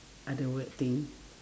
ada weird thing